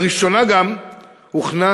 לראשונה גם הוכנס